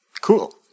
Cool